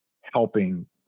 helping